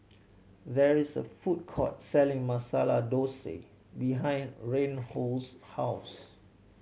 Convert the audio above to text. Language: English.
there is a food court selling Masala Dosa behind Reinhold's house